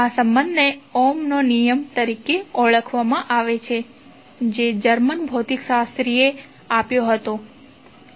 આ સંબંધને ઓહ્મનો નિયમ Ohm's law તરીકે ઓળખવામાં આવે છે જે જર્મન ભૌતિકશાસ્ત્રીએ આપ્યો હતો